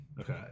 Okay